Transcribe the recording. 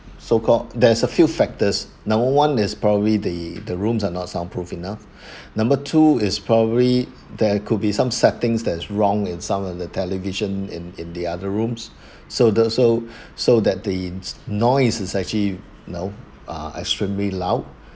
so called there's a few factors number one is probably the the rooms are not sound proof enough number two is probably there could be some settings that is wrong in some of the television and in the other rooms so the so so that these noise is actually know ah extremely loud